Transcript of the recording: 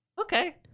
okay